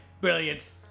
brilliance